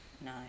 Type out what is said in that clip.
No